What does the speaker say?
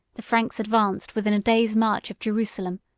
the franks advanced within a day's march of jerusalem,